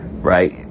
right